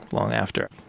long after.